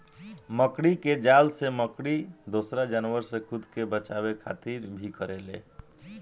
मकड़ी के जाल से मकड़ी दोसरा जानवर से खुद के बचावे खातिर भी करेले